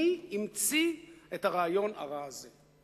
מי המציא את הרעיון הרע הזה?